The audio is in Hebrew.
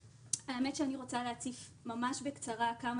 האמת שאני רוצה להציף ממש בקצרה כמה